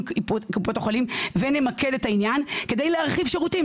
קופות החולים ונמקד את העניין כדי להרחיב שירותים.